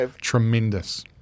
tremendous